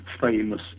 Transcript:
famous